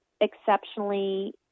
exceptionally